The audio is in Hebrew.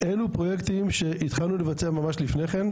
אלו פרויקטים שהתחלנו לבצע ממש לפני כן,